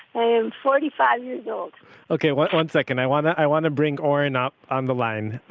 i am forty-five years old okay, one one second, i wanna, i wanna bring oren up on the line,